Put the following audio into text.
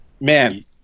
Man